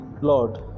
Lord